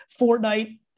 Fortnite